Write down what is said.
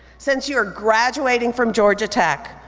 since you are graduating from georgia tech,